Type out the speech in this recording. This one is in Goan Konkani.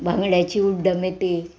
बांगड्याची उड्डमेती